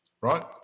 Right